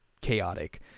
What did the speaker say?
chaotic